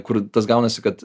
kur tas gaunasi kad